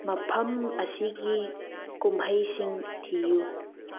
ꯃꯐꯝ ꯑꯁꯤꯒꯤ ꯀꯨꯝꯍꯩꯁꯤꯡ ꯊꯤꯎ